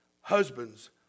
Husbands